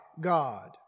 God